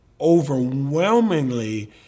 overwhelmingly